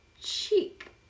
Cheek